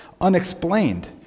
unexplained